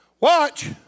Watch